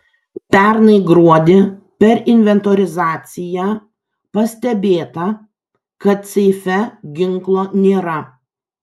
pernai gruodį per inventorizaciją pastebėta kad seife ginklo nėra